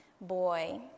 Boy